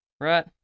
Right